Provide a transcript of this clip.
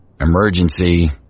emergency